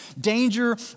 danger